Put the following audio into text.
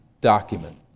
document